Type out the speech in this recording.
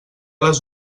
les